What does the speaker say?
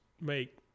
make